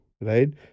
right